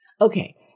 Okay